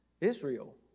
Israel